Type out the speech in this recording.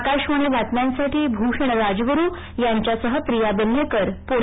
आकाशवाणी बातम्यांसाठी भूषण राजगुरु यांच्यासह प्रिया बेल्हेकर पुणे